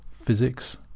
physics